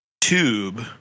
tube